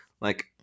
Like-